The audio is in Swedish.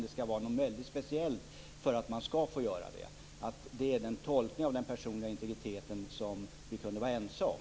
Det skall vara något väldigt speciellt för att man skall få göra det. Det är den tolkning av den personliga integriteten som vi skulle kunna vara ense om.